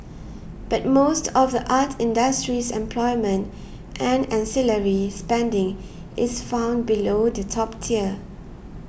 but most of the art industry's employment and ancillary spending is found below the top tier